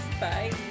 Bye